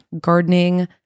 Gardening